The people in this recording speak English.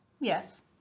Yes